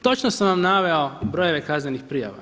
Točno sam vam naveo brojeve kaznenih prijava.